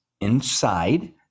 inside